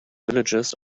villages